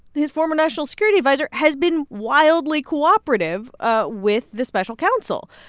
his former national security adviser, has been wildly cooperative ah with the special counsel.